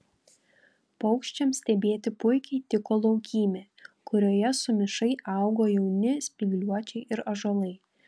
paukščiams stebėti puikiai tiko laukymė kurioje sumišai augo jauni spygliuočiai ir ąžuolai